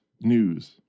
news